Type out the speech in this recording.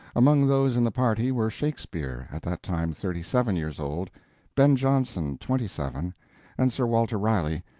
among those in the party were shakespeare, at that time thirty seven years old ben jonson, twenty seven and sir walter raleigh,